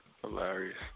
Hilarious